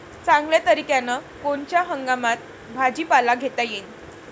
चांगल्या तरीक्यानं कोनच्या हंगामात भाजीपाला घेता येईन?